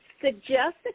suggest